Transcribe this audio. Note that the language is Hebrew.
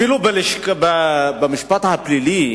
אפילו במשפט הפלילי,